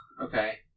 Okay